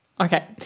Okay